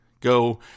go